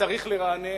וצריך לרענן,